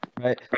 right